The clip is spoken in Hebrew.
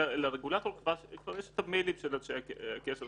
אבל מרגע שיש פיקוח אז